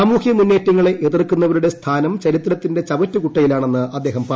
സാമൂഹ്യ മുന്നേറ്റങ്ങളെ എതിർക്കൂന്ന്വരുടെ സ്ഥാനം ചരിത്രത്തിന്റെ ചവറ്റുകുട്ടയിലാണ്ണെന്ന് അദ്ദേഹം പറഞ്ഞു